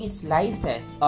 slices